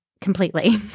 completely